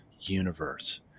universe